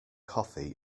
coffee